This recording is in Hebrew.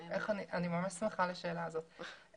אני ממש שמחה על השאלה הזאת.